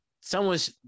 someone's